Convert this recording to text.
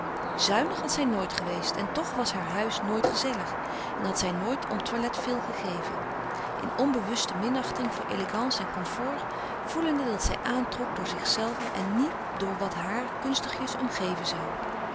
zuinig was zij nooit geweest en toch was haar huis nooit gezellig en had zij nooit om toilet veel gegeven in onbewuste minachting voor elegance en comfort voelende dat zij aantrok door zichzelve en niet door wat haar kunstigjes omgeven zoû